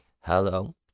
hello